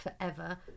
forever